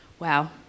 Wow